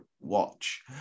watch